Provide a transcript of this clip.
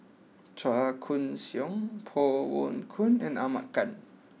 Chua Koon Siong Koh Poh Koon and Ahmad Khan